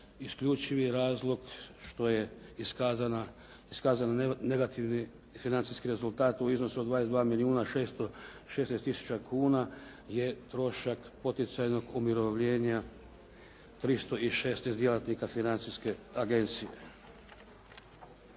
Isključivi razlog što je iskazana negativni financijski rezultat od 22 milijuna 616 tisuća kuna je trošak poticajnog umirovljena 316 djelatnika Financijske agencije.